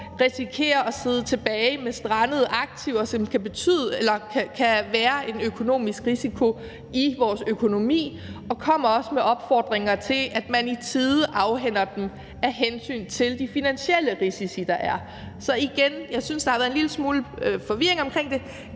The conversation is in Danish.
risikerer at sidde tilbage med strandede aktiver, som kan udgøre en risiko for vores økonomi, og kommer også med opfordringer til, at man i tide afhænder dem af hensyn til de finansielle risici, der er. Jeg synes, at der har været en lille smule forvirring omkring det.